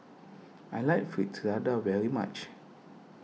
I like Fritada very much